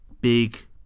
big